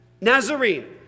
Nazarene